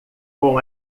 com